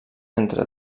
entre